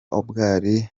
bwari